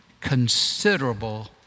considerable